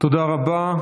תודה רבה.